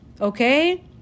Okay